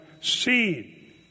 seen